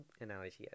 analogy